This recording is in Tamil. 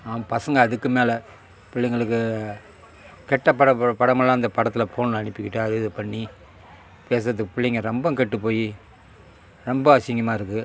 பசங்க அதுக்கு மேலே பிள்ளைங்களுக்கு கெட்ட பழக்க படமெல்லாம் அந்த படத்தில் ஃபோனில் அனுப்பிக்கிட்டு அது இது பண்ணி பேசுகிறது பிள்ளைங்க ரொம்ப கெட்டு போய் ரொம்ப அசிங்கமாக இருக்குது